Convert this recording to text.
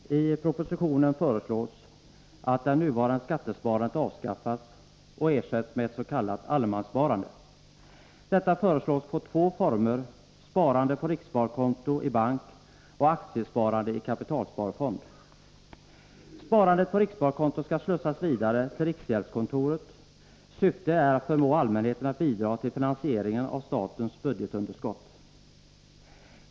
Herr talman! I propositionen föreslås att det nuvarande skattesparandet avskaffas och ersätts med ett s.k. allemanssparande. Detta föreslås få två former, sparande på rikssparkonto i bank och aktiesparande i kapitalsparfond. Sparandet på rikssparkonto skall slussas vidare till riksgäldskontoret. Syftet är att förmå allmänheten att bidra till finansieringen av statens budgetunderskott.